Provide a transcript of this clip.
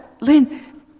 Lynn